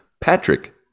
Patrick